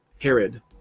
Herod